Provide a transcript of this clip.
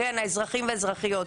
האזרחים והאזרחיות.